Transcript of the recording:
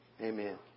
Amen